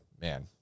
man